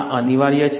આ અનિવાર્ય છે